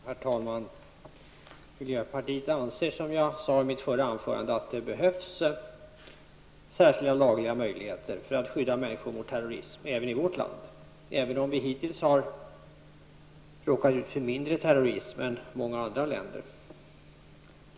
Herr talman! Miljöpartiet anser, som jag sade i mitt förra anförande, att det behövs särskilda lagliga möjligheter för att skydda människor mot terrorism, även i vårt land, även om vi hittills har råkat ut för mindre terrorism än många andra länder.